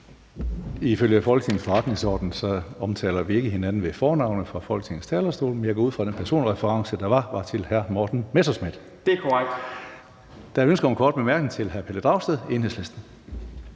Ifølge Folketingets forretningsorden omtaler vi ikke hinanden med fornavn fra Folketingets talerstol, men jeg går ud fra, at den personreference, der var, var til hr. Morten Messerschmidt. (Nick Zimmermann (DF): Det er korrekt.) Der er ønske om en kort bemærkning fra hr. Pelle Dragsted, Enhedslisten.